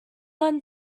one